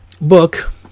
book